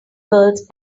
girls